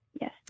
Yes